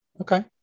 Okay